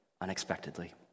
unexpectedly